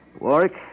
Warwick